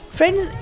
Friends